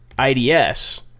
IDS